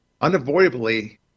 unavoidably